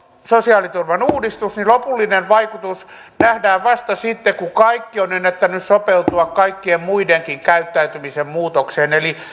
sosiaaliturvan uudistuksen niin lopullinen vaikutus nähdään vasta sitten kun kaikki ovat ennättäneet sopeutua kaikkien muidenkin käyttäytymisen muutokseen eli